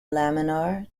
laminar